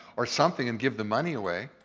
or something and give the money away.